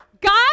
God